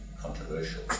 controversial